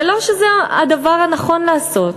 ולא שזה הדבר הנכון לעשות,